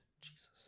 Jesus